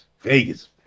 Vegas